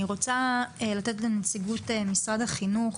אני רוצה לתת לנציגות משרד החינוך.